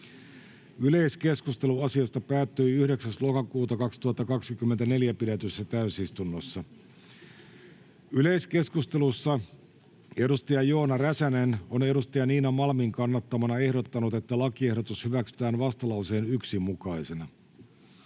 Yleiskeskustelu asiasta päättyi 9.10.2024 pidetyssä täysistunnossa. Yleiskeskustelussa edustaja Joona Räsänen on edustaja Niina Malmin kannattamana ehdottanut, että lakiehdotus hyväksytään vastalauseen 1 mukaisena.